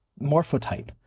morphotype